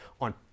on